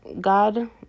God